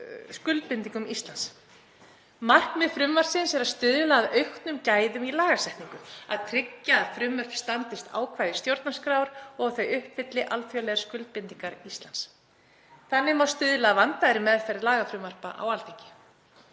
skuldbindingum Íslands. Markmið frumvarpsins er að stuðla að auknum gæðum í lagasetningu, að tryggja að frumvörp standist ákvæði stjórnarskrár og að þau uppfylli alþjóðlegar skuldbindingar Íslands. Þannig má stuðla að vandaðri meðferð lagafrumvarpa á Alþingi.